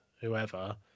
whoever